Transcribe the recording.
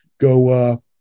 go